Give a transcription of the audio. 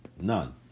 None